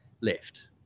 left